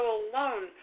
alone